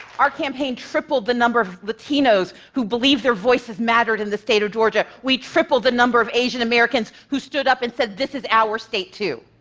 our campaign tripled the number of latinos who believed their voices mattered in the state of georgia. we tripled the number of asian americans who stood up and said, this is our state, too.